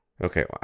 Okay